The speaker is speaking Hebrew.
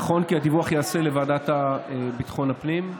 נכון שהדיווח ייעשה לוועדה לביטחון הפנים,